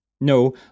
No